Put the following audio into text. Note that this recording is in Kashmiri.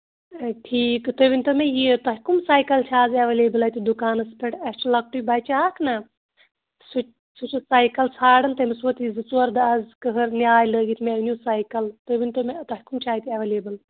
ٹھیٖک تُہۍ ؤنۍ تو مےٚ یہِ تۄہہِ کٕم ساٮٔکَل چھِ از ایویلیبٔل اَتہِ دُکانَس پیٚٹھ اَسہِ چھُ لۄکٔٹُے بَچہٕ اکھ نا سُہ سُہ چھُ ساٮٔکَل ژھانٛڈن تٔمِس ووٚت یہِ زٕ ژور دۄہ از کَہر نیٛاے لٲگِتھ مےٚ أنِو ساٮٔکَل تُہۍ ؤنۍ تو مےٚ تۄہہِ کٕم چھِ اَتہِ ایویلیبٔل